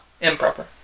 Improper